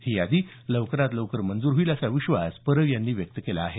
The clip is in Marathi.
ही यादी लवकरात लवकर मंजूर होईल असा विश्वास परब यांनी व्यक्त केला आहे